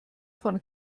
von